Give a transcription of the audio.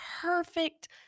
perfect